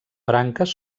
branques